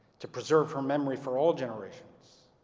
to preserve her memory for all generations.